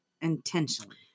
intentionally